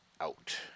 out